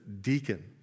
deacon